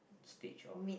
stage of